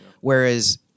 whereas